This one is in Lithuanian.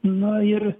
nu ir